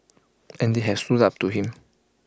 and they have stood up to him